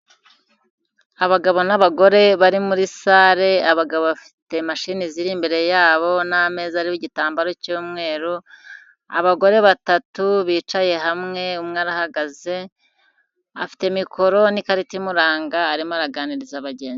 Abagabo n'abagore bari muri sare, abagabo bafite mashine ziri imbere yabo n'ameza ariho igitambaro cy'umweru, abagore batatu bicaye hamwe, umwe arahagaze afite mikoro n'ikarita imuranga arimo araganiriza abagenzi.